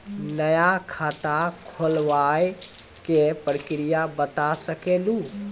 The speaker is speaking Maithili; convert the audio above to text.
नया खाता खुलवाए के प्रक्रिया बता सके लू?